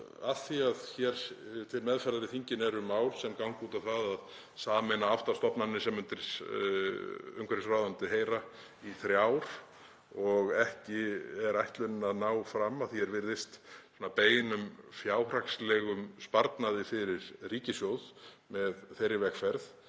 af því að hér til meðferðar í þinginu eru mál sem ganga út á það að sameina átta stofnanir sem undir umhverfisráðuneytið heyra í þrjár og ekki er ætlunin að ná fram að því er virðist beinum fjárhagslegum sparnaði fyrir ríkissjóð með þeirri vegferð,